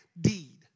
deed